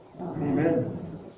Amen